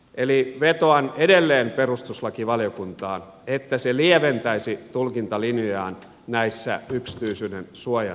eli vetoan edelleen perustuslakivaliokuntaan että se lieventäisi tulkintalinjojaan näissä yksityisyydensuojan tapauksissa